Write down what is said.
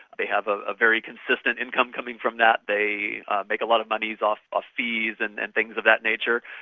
they have ah a very consistent income coming from that. they make a lot of money off ah fees and and things of that nature.